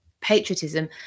patriotism